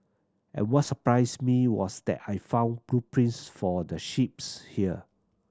and what surprised me was that I found blueprints for the ships here